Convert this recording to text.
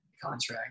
contract